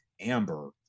amber